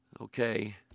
Okay